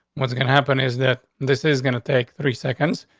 what's gonna happen is that this is gonna take three seconds.